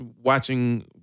watching